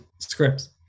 scripts